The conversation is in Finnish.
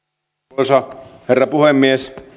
arvoisa herra puhemies